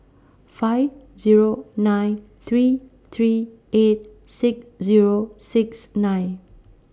five Zero nine three three eight six Zero six nine